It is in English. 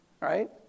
Right